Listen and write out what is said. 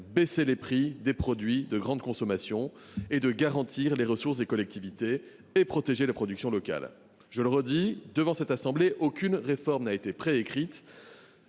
baisser les prix des produits de grande consommation, de garantir les ressources des collectivités et de protéger la production locale. Je le redis devant cette assemblée : aucune réforme n’est écrite